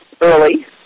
early